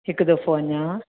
हिकु दफ़ो अञा